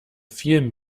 viel